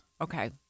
Okay